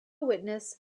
witnessed